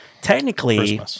technically